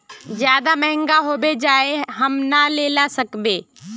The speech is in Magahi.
ज्यादा महंगा होबे जाए हम ना लेला सकेबे?